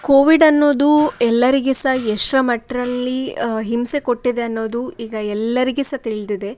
Covid ಅನ್ನೋದು ಎಲ್ಲರಿಗೆ ಸಹ ಎಷ್ಟರ ಮಟ್ದಲ್ಲಿ ಹಿಂಸೆ ಕೊಟ್ಟಿದೆ ಅನ್ನೋದು ಈಗ ಎಲ್ಲರಿಗೆ ಸಹ ತಿಳಿದಿದೆ